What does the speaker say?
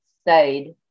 stayed